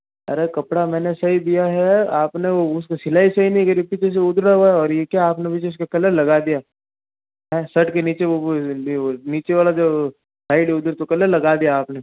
अरे कपड़ा मैंने सही दिया है आप ने वो उसमें सिलाई सही नहीं करी पीछे से उधड़ा हुआ है और यह क्या आपने पीछे इस के कलर लगा दिया हैं शर्ट के नीचे वो नीचे वाला जो साइड उधर तो कलर लगा दिया आप ने